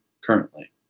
currently